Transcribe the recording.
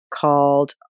called